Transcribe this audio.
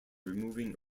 removing